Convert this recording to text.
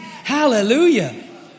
Hallelujah